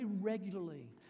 regularly